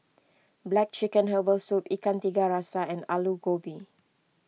Black Chicken Herbal Soup Ikan Tiga Rasa and Aloo Gobi